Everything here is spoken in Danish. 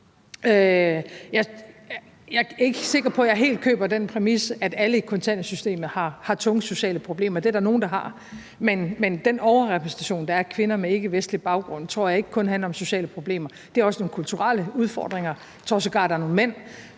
Jeg er ikke sikker på, jeg helt køber den præmis, at alle i kontanthjælpssystemet har tunge sociale problemer. Det er der nogle der har, men den overrepræsentation, der er, af kvinder med ikkevestlig baggrund tror jeg ikke kun handler om sociale problemer. Det er også nogle kulturelle udfordringer; jeg tror sågar, der er nogle mænd,